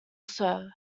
sir